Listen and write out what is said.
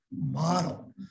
model